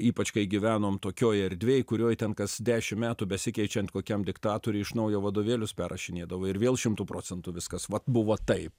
ypač kai gyvenom tokioj erdvėj kurioj ten kas dešim metų besikeičiant kokiam diktatoriui iš naujo vadovėlius perrašinėdavo ir vėl šimtu procentų viskas vat buvo taip